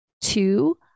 Two